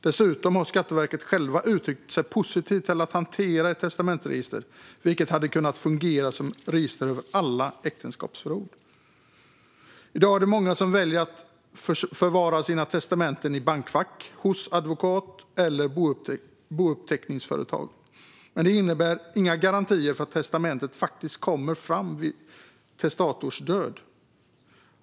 Dessutom har Skatteverket självt uttryckt sig positivt till att hantera ett testamentsregister, vilket hade kunnat fungera som registret över alla äktenskapsförord. I dag är det många som väljer att förvara sina testamenten i bankfack, hos advokat eller hos bouppteckningsföretag. Men det innebär inga garantier för att testamentet faktiskt kommer fram vid testatorns död.